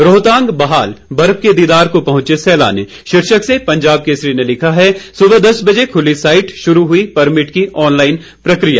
रोहतांग बहाल बर्फ के दीदार को पहुंचे सैलानी शीर्षक से पंजाब केसरी ने लिखा है सुबह दस बजे खुली साईट शुरू हुई परमिट की ऑनलाईन प्रक्रिया